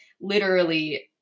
literally-